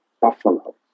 Buffalo